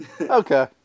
Okay